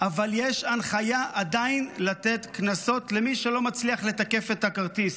אבל יש הנחיה עדיין לתת קנסות למי שלא מצליח לתקף את הכרטיס.